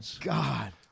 God